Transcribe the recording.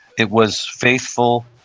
it was faithful,